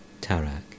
Tarak